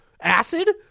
acid